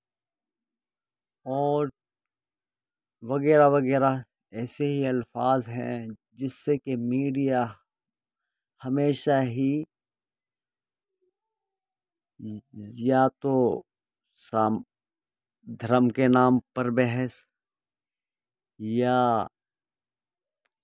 اور وغیرہ وغیرہ ایسے ہی الفاظ ہیں جس سے کہ میڈیا ہمیشہ ہی یا تو شام دھرم کے نام پر بحث یا